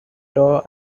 door